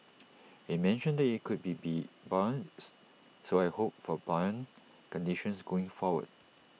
he mentioned that IT could be be buoyant so I hope for buoyant conditions going forward